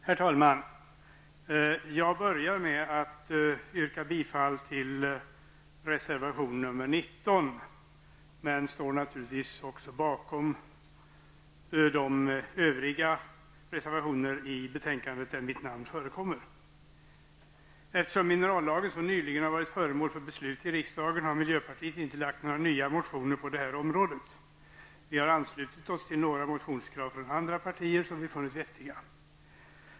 Herr talman! Jag börjar med att yrka bifall till reservation 19, men står naturligtvis bakom de övriga reservationer i betänkandet där mitt namn förekommer. Eftersom minerallagstiftningen så nyligen har varit föremål för beslut i riksdagen har miljöpartiet inte väckt några nya motioner på detta område. Vi har dock anslutit oss till några motionskrav från andra partier som vi funnit vettiga.